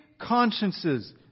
consciences